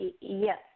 Yes